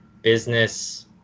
business